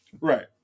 Right